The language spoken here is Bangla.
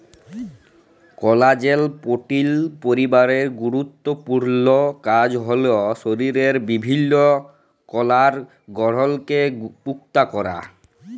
কলাজেল পোটিল পরিবারের গুরুত্তপুর্ল কাজ হ্যল শরীরের বিভিল্ল্য কলার গঢ়লকে পুক্তা ক্যরা